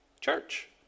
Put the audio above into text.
church